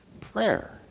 Prayer